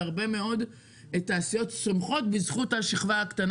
הרבה מאוד תעשיות צומחות בזכות השכבה הקטנה